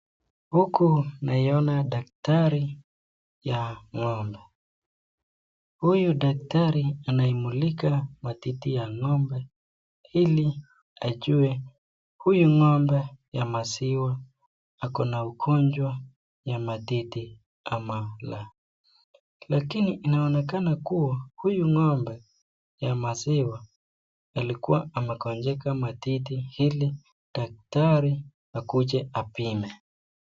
Huku naiona daktari wa ng'ombe, huyu daktari anaimulika matiti ya ng'ombe ili ajue, huyu ng'ombe wa maziwa, ako na ugonjwa ya matiti ama laa, lakini inaonekana kuwa huyu ng'ombe ya maziwa alikuwa amegonjeka matiti ili daktari akuje apime.